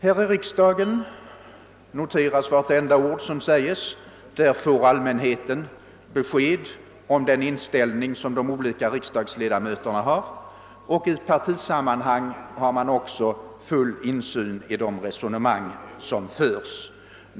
Här i riksdagen noteras vartenda ord, och allmänheten kan få besked om de olika riksdagsledamöternas inställning, och beträffande de i partisammanhang förda resonemangen finns också full insyn.